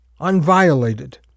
unviolated